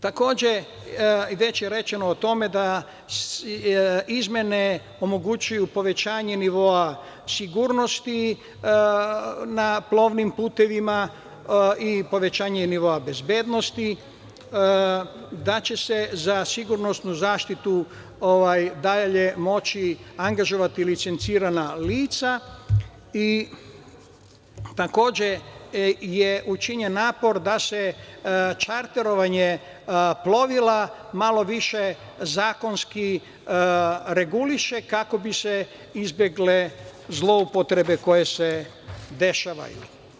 Takođe, već je rečeno o tome, izmene omogućuju povećanje nivoa sigurnosti na plovnim putevima i povećanje nivoa bezbednosti, da će se za sigurnosnu zaštitu dalje moći angažovati licencirana lica i, takođe, učinjen je napor da se čarterovanje plovila malo više zakonski reguliše kako bi se izbegle zloupotrebe koje se dešavaju.